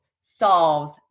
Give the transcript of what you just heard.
solves